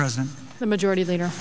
president the majority leader